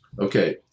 Okay